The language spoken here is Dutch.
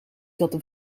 dat